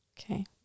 Okay